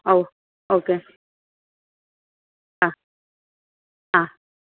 ഓഹ് okay ആ ആ